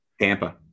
Tampa